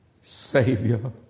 Savior